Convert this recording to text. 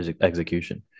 execution